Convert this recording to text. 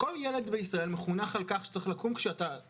כל ילד בישראל מחונך על כך שצריך לקום ולפנות